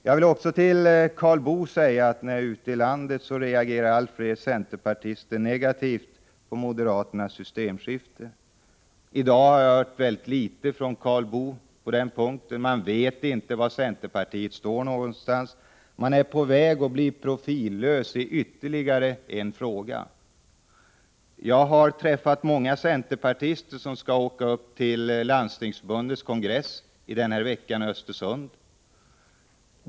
Jag vill säga till Karl Boo att jag ute i landet möter allt fler centerpartister som reagerar negativt på moderaternas systemskifte. Jag har hört mycket litet från Karl Boo på den punkten i dag. Vi vet inte var centerpartiet står. Är centerpartiet på väg att bli profillöst i ytterligare en fråga — systemskifte eller ej i fråga om den svenska modellen. Jag har träffat centerpartister som skall åka till Landstingsförbundets kongress i Östersund denna vecka.